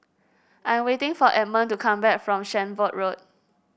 I am waiting for Edmond to come back from Shenvood Road